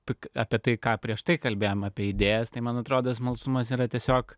tik apie tai ką prieš tai kalbėjom apie idėjas tai man atrodo smalsumas yra tiesiog